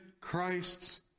Christ's